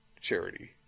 charity